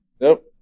Nope